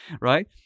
right